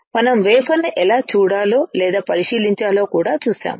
మనం వేఫర్ ను ఎలా చూడాలో లేదా పరిశీలించాలో కూడా చూశాము